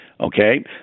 Okay